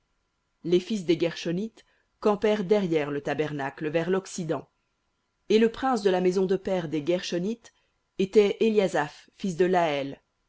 les familles des guershonites campèrent derrière le tabernacle vers loccident et le prince de la maison de père des guershonites était éliasaph fils de laël et